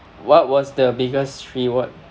what was the biggest reward